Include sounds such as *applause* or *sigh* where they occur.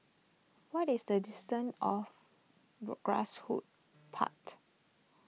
what is the distance of *unintelligible* grass hoot part